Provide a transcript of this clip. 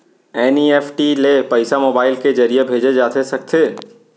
NEFT ले पइसा mobile के ज़रिए भेजे जाथे सकथे?